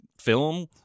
film